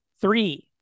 Three